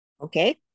Okay